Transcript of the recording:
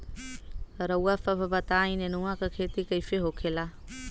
रउआ सभ बताई नेनुआ क खेती कईसे होखेला?